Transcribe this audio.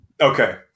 Okay